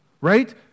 right